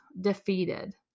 defeated